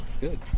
good